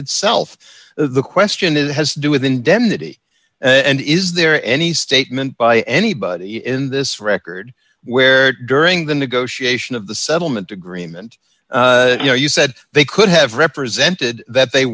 itself the question is it has to do with indemnity and is there any statement by anybody in this record where during the negotiation of the settlement agreement you know you said they could have represented that they